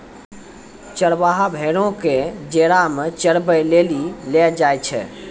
चरबाहा भेड़ो क जेरा मे चराबै लेली लै जाय छै